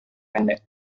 pendek